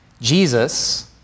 Jesus